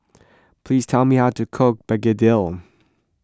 please tell me how to cook Begedil